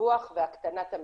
דיווח והקטנת המקרים.